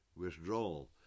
withdrawal